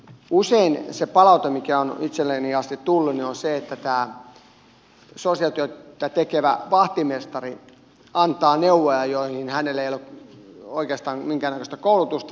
usein se palaute mikä on itselleni asti tullut on se että tämä sosiaalityötä tekevä vahtimestari antaa neuvoja joihin hänellä ei ole oikeastaan minkäännäköistä koulutusta